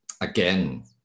again